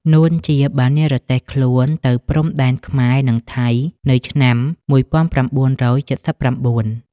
នួន ជា បាននិរទេសខ្លួនទៅព្រំដែនខ្មែរ-ថៃ នៅឆ្នាំ១៩៧៩ ។